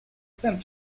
same